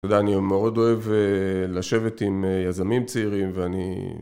אתה יודע, אני מאוד אוהב לשבת עם יזמים צעירים ואני...